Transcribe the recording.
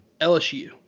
LSU